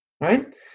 right